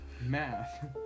Math